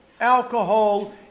alcohol